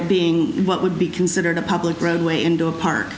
it being what would be considered a public roadway into a park